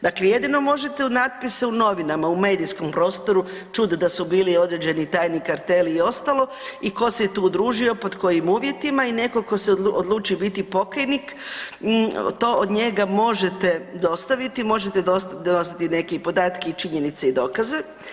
Dakle, jedino možete u natpise u novinama u medijskom prostoru čuti da su bili određeni tajni karteli i ostali i tko se je tu družio, pod kojim uvjetima i netko tko se odluči biti pokajnik to od njega možete dostaviti, možete doznati neke podatke i činjenice i dokaze.